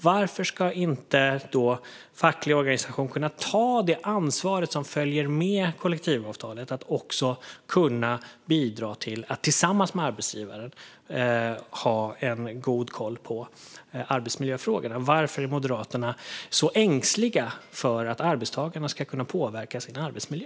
Varför ska inte en facklig organisation kunna ta det ansvar som följer med kollektivavtalet att bidra till att, tillsammans med arbetsgivaren, ha en god koll på arbetsmiljöfrågor? Varför är Moderaterna så ängsliga för att arbetstagarna ska kunna påverka sin arbetsmiljö?